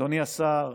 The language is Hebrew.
אדוני השר,